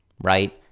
right